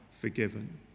forgiven